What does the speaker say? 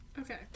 Okay